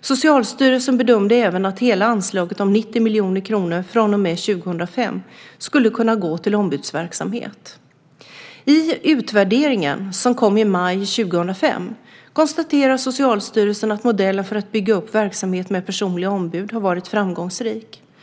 Socialstyrelsen bedömde även att hela anslaget om 90 miljoner kronor från och med 2005 skulle kunna gå till ombudsverksamhet. I utvärderingen, som kom i maj 2005, konstaterar Socialstyrelsen att modellen för att bygga upp verksamhet med personliga ombud har varit framgångsrik.